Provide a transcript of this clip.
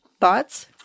Thoughts